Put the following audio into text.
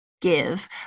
give